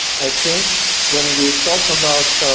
i think when we talk about